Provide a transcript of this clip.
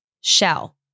shell